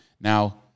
Now